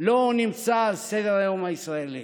לא נמצא על סדר-היום הישראלי,